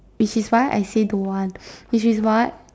which is why I say don't want which is why